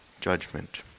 judgment